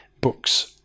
books